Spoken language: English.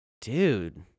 Dude